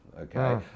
okay